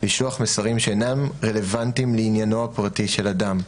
לשלוח מסרים שאינם רלוונטיים לעניינו הפרטי של אדם.